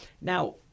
Now